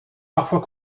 parfois